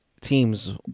teams